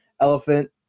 elephant